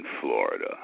Florida